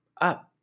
up